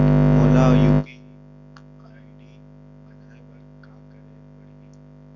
मोला अपन UPI ID बनाए बर का करे पड़ही?